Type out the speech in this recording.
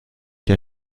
der